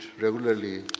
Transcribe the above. regularly